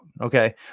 Okay